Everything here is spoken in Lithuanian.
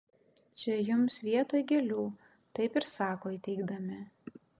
čia jums vietoj gėlių taip ir sako įteikdami